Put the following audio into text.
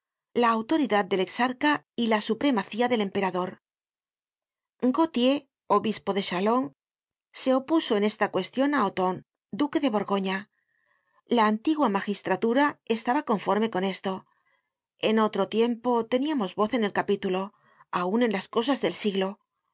la autoridad del exarca y la supremacía del emperador gautier obispo de chalons se opuso en esta cuestion á othon duque de borgoña la antigua magistratura estaba conforme con esto en otro tiempo teníamos voz en el capitulo aun en las cosas del siglo